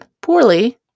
poorly